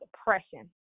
depression